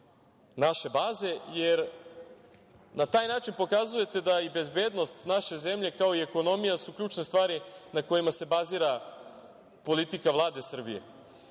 naše baze, jer na taj način pokazujete da bezbednost naše zemlje, kao i ekonomija, su ključne stvari na kojima se bazira politika Vlade Srbije. Ovaj